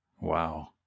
Wow